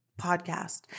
podcast